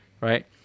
right